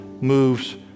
moves